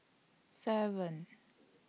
seven